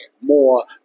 More